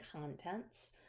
contents